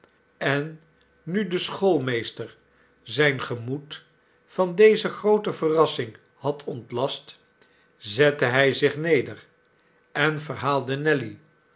en nu de schoolmeester zijn gemoed van deze groote verrassing had ontlast zette hij zich neder en verhaalde nelly